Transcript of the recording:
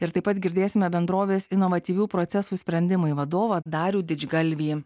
ir taip pat girdėsime bendrovės inovatyvių procesų sprendimai vadovą darių didžgalvį